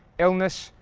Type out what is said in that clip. illness,